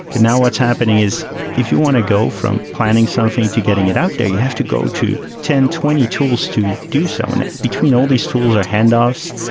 now what's happening is if you want to go from planning something to getting it out there, you have to go to ten, twenty tools to do so in it. between all these tools or handoffs.